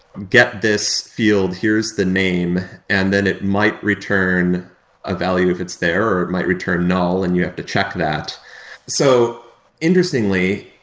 get this field. here's the name, and then it might return a value if it's there or it might return null and you have to check that so interestingly,